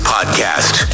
Podcast